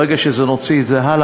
ברגע שנוציא את זה הלאה,